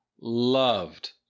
loved